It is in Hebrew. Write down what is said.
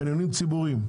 חניונים ציבוריים.